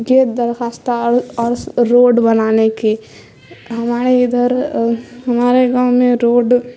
جو درخواست اور اور روڈ بنانے کی ہمارے ادھر ہمارے گاؤں میں روڈ